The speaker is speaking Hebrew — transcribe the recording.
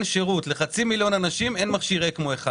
שירות לחצי מיליון אנשים אין מכשיר אקמו אחד?